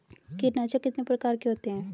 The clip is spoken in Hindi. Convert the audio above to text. कीटनाशक कितने प्रकार के होते हैं?